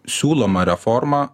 siūloma reforma